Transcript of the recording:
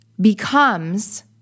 becomes